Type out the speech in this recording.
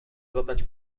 zadać